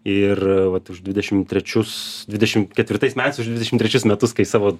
ir vat už dvidešim trečius dvidešim ketvirtais metais už dvidešim trečius metus kai savo